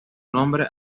nombre